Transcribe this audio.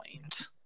point